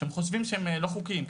שהם חושבים שהם לא חוקיים,